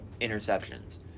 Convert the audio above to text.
interceptions